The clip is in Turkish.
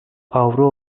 avro